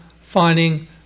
finding